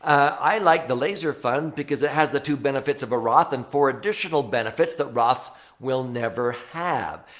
i like the laser fund because it has the two benefits of a roth and four additional benefits that roths will never have.